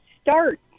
start